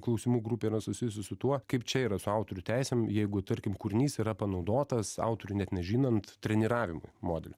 klausimų grupė yra susijusi su tuo kaip čia yra su autorių teisėm jeigu tarkim kūrinys yra panaudotas autoriui net nežinant treniravimui modelio